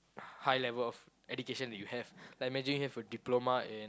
high level of education that you have like imagine you have a diploma in